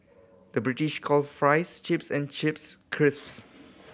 the British calls fries chips and chips crisps